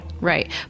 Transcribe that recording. Right